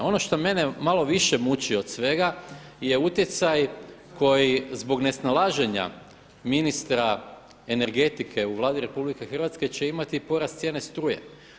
Ono što mene malo više mući od svega je utjecaj koji zbog nesnalaženja ministra energetike u Vladi RH će imati porast cijene struje.